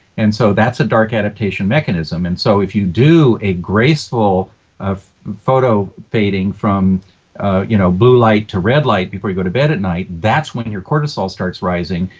and so that's a dark adaptation mechanism. and so if you do a graceful photo bathing from you know blue light to red light before you go to bed at night, that's when and your cortisol starts rising.